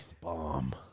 bomb